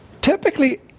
typically